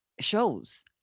shows